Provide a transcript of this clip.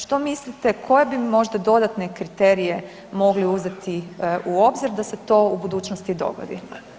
Što mislite koje bi možda dodatne kriterije mogli uzeti u obzir da se to u budućnosti dogodi?